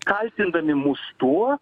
kaltindami mus tuo